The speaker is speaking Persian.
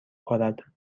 خورد